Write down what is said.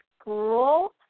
school